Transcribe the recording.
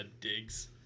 digs